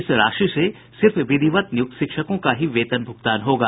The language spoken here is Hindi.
इस राशि से सिर्फ विधिवत नियुक्त शिक्षकों का ही वेतन भूगतान होगा